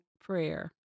prayer